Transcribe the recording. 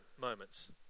moments